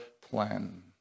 plan